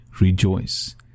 rejoice